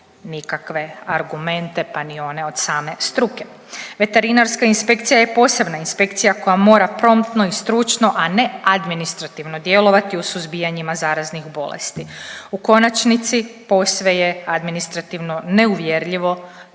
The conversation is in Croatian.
nikakve argumente, pa ni one od same struke. Veterinarska inspekcija je posebna inspekcija koja mora promptno i stručno, a ne administrativno djelovati u suzbijanjima zaraznih bolesti. U konačnici, posve je administrativno neuvjerljivo da